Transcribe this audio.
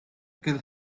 kill